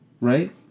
Right